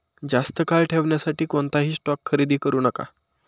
जास्त काळ ठेवण्यासाठी कोणताही स्टॉक खरेदी करू नका